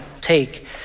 take